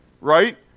right